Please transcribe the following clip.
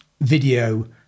video